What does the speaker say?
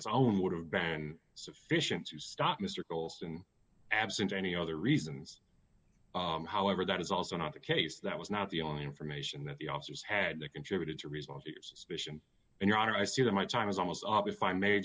its own would have been sufficient to stop mr colson absent any other reasons however that is also not the case that was not the only information that the officers had that contributed to resolve the mission and your honor i see that my time is almost up if i may